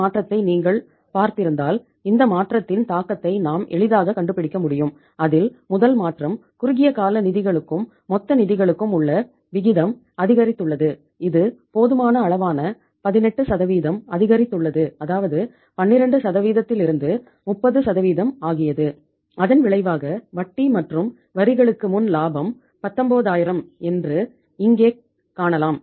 இந்த மாற்றத்தை நீங்கள் பார்த்திருந்தால் இந்த மாற்றத்தின் தாக்கத்தை நாம் எளிதாகக் கண்டுபிடிக்க முடியும் அதில் முதல் மாற்றம் குறுகிய கால நிதிகளுக்கும் மொத்த நிதிகளுக்கும் உள்ள விகிதம் அதிகரித்துள்ளது இது போதுமான அளவான 18 அதிகாரித்துள்ளது அதாவது 12 இலிருந்து 30 ஆகியது அதன் விளைவாக வட்டி மற்றும் வரிகளுக்கு முன் லாபம் 19000 என்று இங்கே காணலாம்